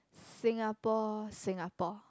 Singapore Singapore